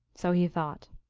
so he thought.